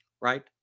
Right